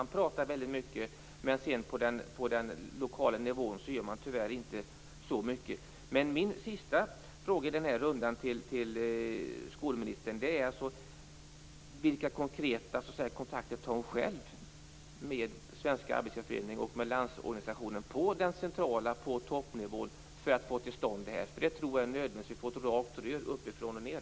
Man pratar väldigt mycket, men på den lokala nivån gör man tyvärr inte så mycket. Min sista fråga i den här rundan till skolministern är: Vilka konkreta kontakter tar hon själv med Svenska Arbetgivareföreningen och med Landsorganisationen på den centrala toppnivån för att få till stånd detta? Jag tror att det är nödvändigt att vi får ett rakt rör uppifrån och ned.